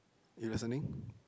you listening